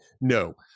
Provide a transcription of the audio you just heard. no